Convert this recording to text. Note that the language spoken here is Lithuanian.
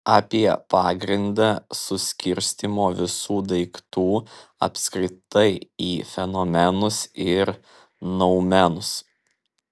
apie pagrindą suskirstymo visų daiktų apskritai į fenomenus ir noumenus